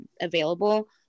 available